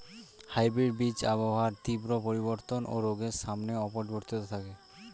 hybrid বীজ আবহাওয়ার তীব্র পরিবর্তন ও রোগের সামনেও অপরিবর্তিত থাকে